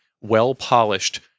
well-polished